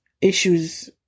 issues